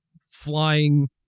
flying